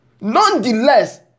Nonetheless